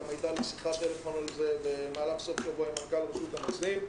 הייתה לי גם שיחת טלפון על זה במהלך סוף השבוע עם מנכ"ל רשות המסים.